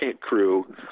crew